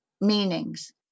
meanings